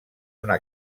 una